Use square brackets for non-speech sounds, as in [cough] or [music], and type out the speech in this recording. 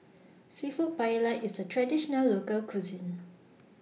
[noise] Seafood Paella IS A Traditional Local Cuisine